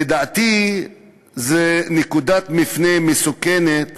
לדעתי זו נקודת מפנה מסוכנת